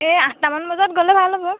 এই আঠটামান বজাত গ'লে ভাল হ'ব